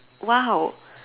!wow!